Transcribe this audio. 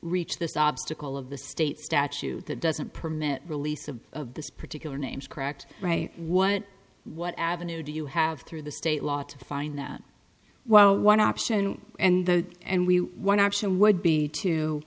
reach this obstacle of the state statute that doesn't permit release of this particular names correct right what what avenue do you have through the state law to find that while one option and the and we one option would be to